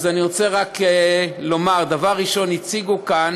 אני רוצה רק לומר, דבר ראשון, הציגו כאן